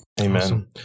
Amen